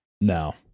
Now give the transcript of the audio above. No